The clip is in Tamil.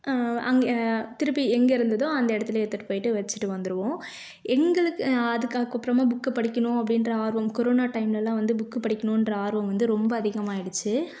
அங்கே திருப்பி எங்கே இருந்ததோ அந்த இடத்துலயே எடுத்துகிட்டு போயிட்டு வச்சிட்டு வந்திருவோம் எங்களுக்கு அதுக்காக அப்புறமா புக் படிக்கணும் அப்படின்ற ஆர்வம் கொரோனோ டைம்லலாம் வந்து புக் படிக்கணும்ன்ற ஆர்வம் வந்து ரொம்ப அதிகமாகிடிச்சி